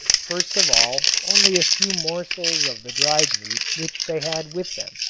first of all, only a few morsels of the dried meat which they had with them,